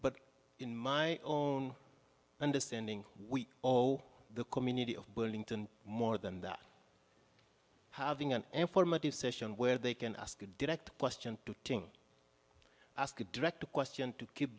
constituents in my own understanding we owe the community of burlington more than that having an informative session where they can ask a direct question to ask a direct question to keep